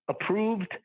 Approved